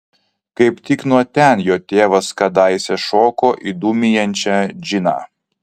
kaip tik nuo ten jo tėvas kadaise šoko į dūmijančią džiną